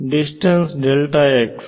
distance